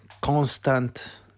constant